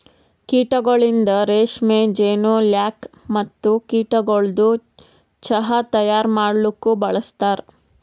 ಕೀಟಗೊಳಿಂದ್ ರೇಷ್ಮೆ, ಜೇನು, ಲ್ಯಾಕ್ ಮತ್ತ ಕೀಟಗೊಳದು ಚಾಹ್ ತೈಯಾರ್ ಮಾಡಲೂಕ್ ಬಳಸ್ತಾರ್